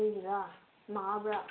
ꯀꯔꯤꯒꯤꯔꯥ ꯅꯥꯕ꯭ꯔ